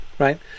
Right